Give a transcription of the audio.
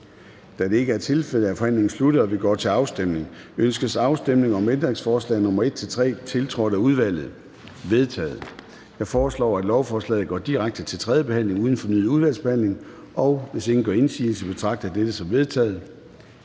Da det ikke er tilfældet, er forhandlingen sluttet, og vi går til afstemning. Kl. 13:04 Afstemning Formanden (Søren Gade): Ønskes afstemning om ændringsforslag nr. 1-3, tiltrådt af udvalget? De er vedtaget. Jeg foreslår, at lovforslaget går direkte til tredje behandling uden fornyet udvalgsbehandling. Hvis ingen gør indsigelse, betragter jeg dette som vedtaget.